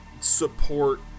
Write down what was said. support